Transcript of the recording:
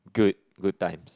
good good times